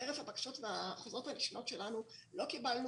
חרף הבקשות החוזרות והנשנות שלנו לא קיבלנו